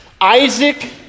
Isaac